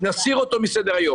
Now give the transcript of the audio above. נסיר אותו מסדר-היום,